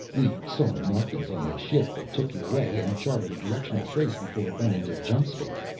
we saw the markings on the ship that took you away and charted a directional trace before it went into jump-space.